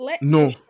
No